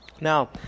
Now